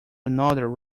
another